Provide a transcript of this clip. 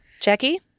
Jackie